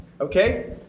Okay